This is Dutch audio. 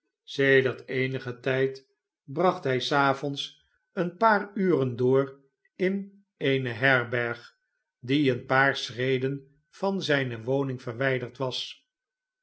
sedert eenigen tijd bracht hij s avonds een jozbf geimaldi paar uren door in eene herberg die een paar schreden van zijne woning verwijderd was